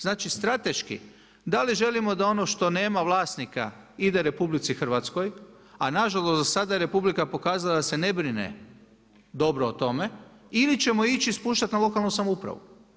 Znači, strateški, da li želimo da ono što nema vlasnika ide RH, a nažalost, do sada je Republika pokazala da se ne brine dobro o tome ili ćemo ići spuštati na lokalnu samoupravu.